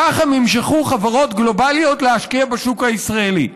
כך הם ימשכו חברות גלובליות להשקיע בשוק הישראלי.